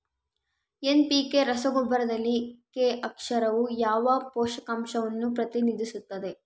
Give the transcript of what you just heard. NPK ರಸಗೊಬ್ಬರದಲ್ಲಿ K ಅಕ್ಷರವು ಯಾವ ಪೋಷಕಾಂಶವನ್ನು ಪ್ರತಿನಿಧಿಸುತ್ತದೆ?